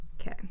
Okay